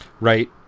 Right